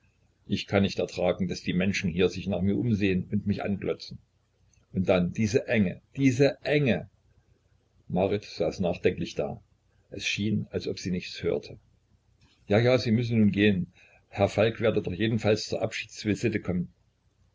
ich kann nicht ertragen daß die menschen hier sich nach mir umsehen und mich anglotzen und dann diese enge diese enge marit saß nachdenklich da es schien als ob sie nichts hörte ja ja sie müsse nun gehen herr falk werde doch jedenfalls zur abschiedsvisite kommen